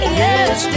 yes